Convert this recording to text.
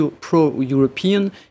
pro-European